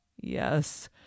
yes